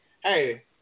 Hey